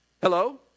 hello